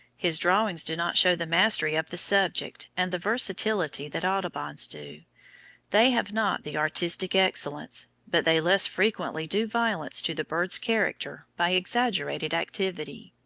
his drawings do not show the mastery of the subject and the versatility that audubon's do they have not the artistic excellence, but they less frequently do violence to the bird's character by exaggerated activity.